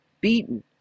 beaten